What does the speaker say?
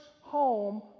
home